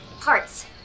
parts